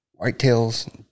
Whitetails